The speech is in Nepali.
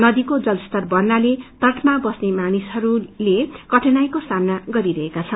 नदीको जलस्तर बढ़नाले किनारामा बस्ने मानिसहस्ते कठिनाईको सामना गरिरहेका छन्